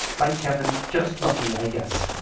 like kevin, just lucky i guess